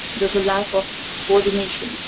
there's a lack of coordination,